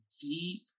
deep